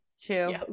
Two